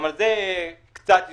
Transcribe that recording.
גם על זה קצת דיברו.